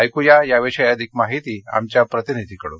ऐकू या याविषयी अधिक माहिती आमच्या प्रतिनिधीकडून